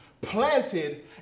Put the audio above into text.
planted